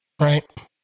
Right